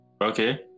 okay